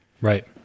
Right